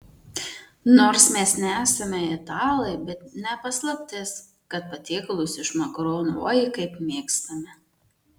nors mes nesame italai bet ne paslaptis kad patiekalus iš makaronų oi kaip mėgstame